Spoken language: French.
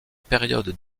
période